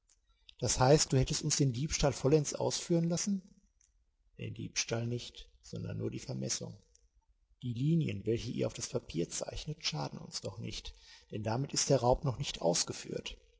das heißt du hättest uns den diebstahl vollends ausführen lassen den diebstahl nicht sondern nur die vermessung die linien welche ihr auf das papier zeichnet schaden uns noch nichts denn damit ist der raub noch nicht ausgeführt